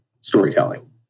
storytelling